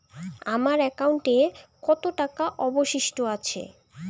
আমার একাউন্টে কত টাকা অবশিষ্ট আছে?